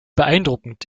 beeindruckend